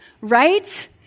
right